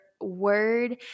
word